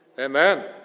Amen